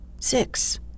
six